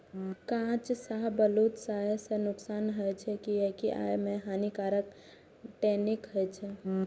कांच शाहबलूत खाय सं नुकसान होइ छै, कियैकि अय मे हानिकारक टैनिन होइ छै